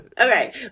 Okay